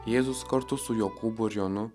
jėzus kartu su jokūbu ir jonu